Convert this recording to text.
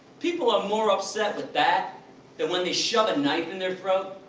people are more upset with that than when they shove a knife in their throat?